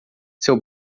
seu